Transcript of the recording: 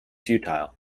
futile